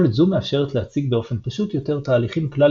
יכולת זו מאפשרת להציג באופן פשוט יותר תהליכים כלל